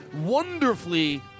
wonderfully